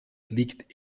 liegt